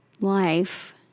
life